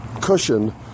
cushion